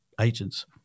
agents